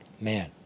man